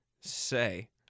Say